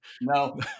no